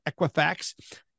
Equifax